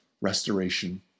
restoration